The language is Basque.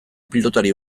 pilotari